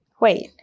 Wait